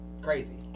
crazy